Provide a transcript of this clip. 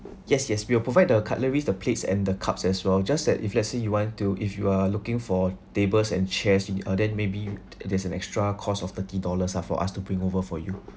yes yes we will provide the cutleries the plates and the cups as well just that if let's say you want to if you are looking for tables and chairs uh then maybe there's an extra cost of thirty dollars lah for us to bring over for you